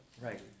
Right